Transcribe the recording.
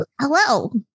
Hello